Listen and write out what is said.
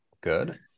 Good